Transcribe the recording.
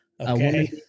okay